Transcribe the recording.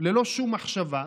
ללא שום מחשבה,